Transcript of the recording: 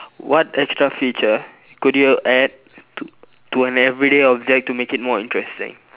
what extra feature could you add to to an everyday object to make it more interesting